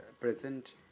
present